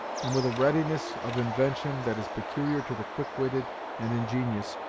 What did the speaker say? and with a readiness of invention that is peculiar to the quick-witted and ingenious,